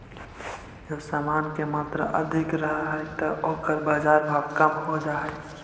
जब समान के मात्रा अधिक रहऽ हई त ओकर बाजार भाव कम हो जा हई